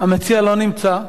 המציע לא נמצא.